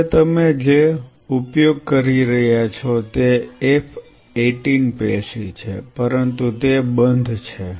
હવે તમે જે ઉપયોગ કરી રહ્યા છો તે F18 પેશી છે પરંતુ તે બંધ છે